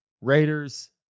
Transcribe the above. Raiders